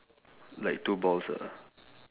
like two balls ah